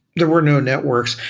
there were no networks.